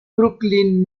brooklyn